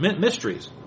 mysteries